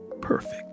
Perfect